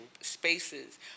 spaces